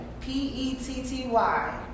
P-E-T-T-Y